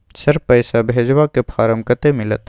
Sir, पैसा भेजबाक form कत्ते मिलत?